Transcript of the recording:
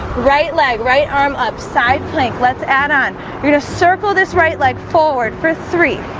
right leg right arm up side plank. let's add on you're gonna circle this right leg forward for three